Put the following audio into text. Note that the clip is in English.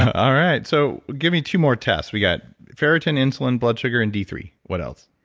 all right. so give me two more tests. we got ferritin, insulin, blood sugar, and d three. what else?